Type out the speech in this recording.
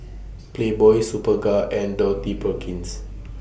Playboy Superga and Dorothy Perkins